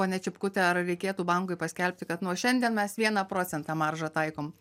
ponia čipkute ar reikėtų bankui paskelbti kad nuo šiandien mes vieną procentą maržą taikom